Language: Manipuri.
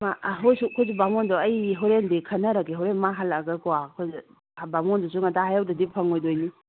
ꯑꯩꯈꯣꯏꯁꯨ ꯕꯥꯃꯣꯟꯗꯨ ꯑꯩ ꯍꯣꯔꯦꯟꯗꯤ ꯈꯟꯅꯔꯒꯦ ꯍꯣꯔꯦꯟ ꯃꯥ ꯍꯜꯂꯛꯂꯒꯀꯣ ꯑꯩꯈꯣꯏꯁꯨ ꯕꯥꯃꯣꯟꯗꯨꯁꯨ ꯉꯟꯇꯥ ꯍꯥꯏꯍꯧꯗꯗꯤ ꯐꯪꯑꯣꯏꯗꯣꯏꯅꯤ